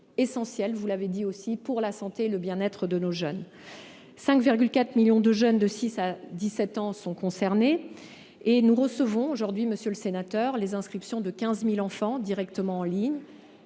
essentielle, vous l'avez dit, pour la santé et le bien-être de nos jeunes : 5,4 millions de jeunes de 6 à 17 ans sont concernés et nous recevons les inscriptions de 15 000 enfants directement en ligne.